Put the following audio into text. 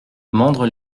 mandres